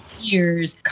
years